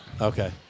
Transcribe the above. Okay